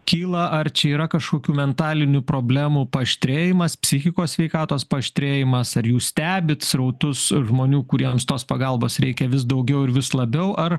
kyla ar čia yra kažkokių mentalinių problemų paaštrėjimas psichikos sveikatos paaštrėjimas ar jūs stebit srautus žmonių kuriems tos pagalbos reikia vis daugiau ir vis labiau ar